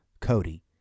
Cody